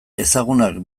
ezagunak